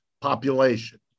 population